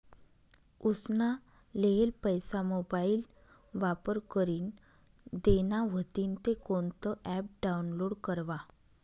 उसना लेयेल पैसा मोबाईल वापर करीन देना व्हतीन ते कोणतं ॲप डाऊनलोड करवा?